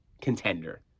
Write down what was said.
contender